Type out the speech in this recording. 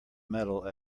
metal